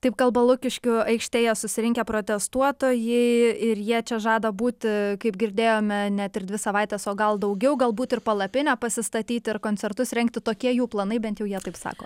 taip kalba lukiškių aikštėje susirinkę protestuotojai ir jie čia žada būti kaip girdėjome net ir dvi savaites o gal daugiau galbūt ir palapinę pasistatyti ir koncertus rengti tokie jų planai bent jau jie taip sako